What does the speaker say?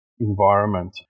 environment